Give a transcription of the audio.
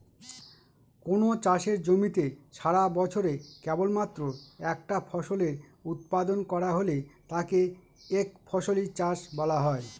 কোনো চাষের জমিতে সারাবছরে কেবলমাত্র একটা ফসলের উৎপাদন করা হলে তাকে একফসলি চাষ বলা হয়